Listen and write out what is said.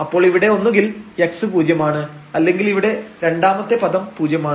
അപ്പോൾ ഇവിടെ ഒന്നുകിൽ x പൂജ്യമാണ് അല്ലെങ്കിൽ ഇവിടെ രണ്ടാമത്തെ പദം പൂജ്യമാണ്